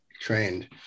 trained